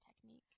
technique